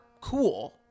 cool